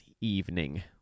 evening